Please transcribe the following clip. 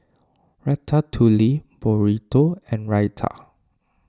Ratatouille Burrito and Raita